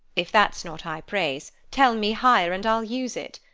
if that's not high praise, tell me higher, and i'll use it.